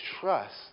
trust